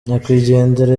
nyakwigendera